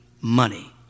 money